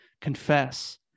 confess